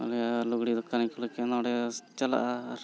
ᱚᱸᱰᱮ ᱞᱩᱜᱽᱲᱤ ᱫᱚᱠᱟᱱᱤᱧ ᱠᱷᱩᱞᱟᱹᱣ ᱠᱮᱭᱟ ᱱᱚᱸᱰᱮ ᱦᱚᱸ ᱵᱮᱥ ᱪᱟᱞᱟᱜᱼᱟ ᱟᱨ